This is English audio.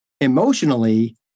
emotionally